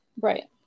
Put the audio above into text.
Right